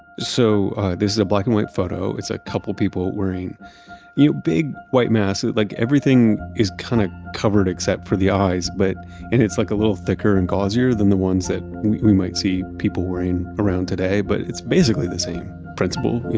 so this is a black and white photo. it's a couple of people wearing big white mass. like everything is kind of covered except for the eyes. but and it's like a little thicker and gauze here than the ones that you might see people wearing around today. but it's basically the same principle.